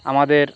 আমাদের